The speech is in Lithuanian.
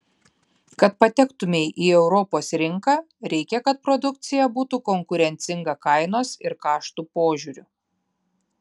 kad patektumei į europos rinką reikia kad produkcija būtų konkurencinga kainos ir kaštų požiūriu